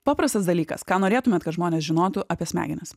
paprastas dalykas ką norėtumėt kad žmonės žinotų apie smegenis